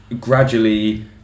gradually